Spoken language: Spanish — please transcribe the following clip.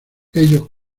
ellos